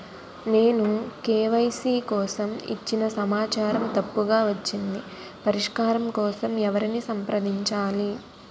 నేను కే.వై.సీ కోసం ఇచ్చిన సమాచారం తప్పుగా వచ్చింది పరిష్కారం కోసం ఎవరిని సంప్రదించాలి?